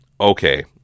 okay